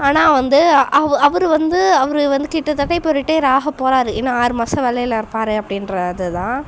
ஆனால் வந்து அவ அவர் வந்து அவர் வந்து கிட்டத்தட்ட இப்போ ரிட்டையர் ஆக போறார் இன்னும் ஆறு மாதம் வேலையில் இருப்பார் அப்படின்றது தான்